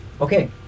okay